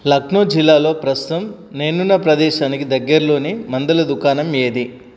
లక్నో జిల్లాలో ప్రస్తుతం నేనున్న ప్రదేశానికి దగ్గరలోని మందుల దుకాణం ఏది